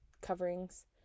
coverings